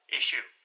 issue